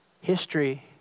History